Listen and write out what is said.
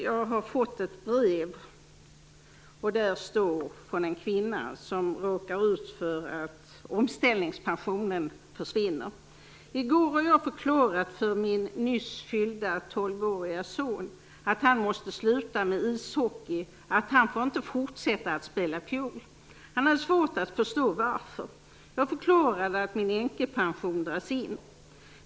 Jag har fått ett brev från en kvinna som råkar ut för att omställningspensionen försvinner. Hon skriver: I går förklarade jag för min son, nyss fyllda 12 år, att han måste sluta med ishockey och att han inte får fortsätta att spela fiol. Han hade svårt att förstå varför. Jag förklarade att min änkepension dras in.